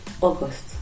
August